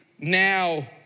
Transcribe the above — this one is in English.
now